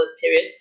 period